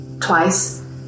twice